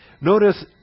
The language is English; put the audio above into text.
Notice